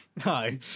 Hi